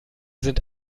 sind